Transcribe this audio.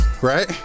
right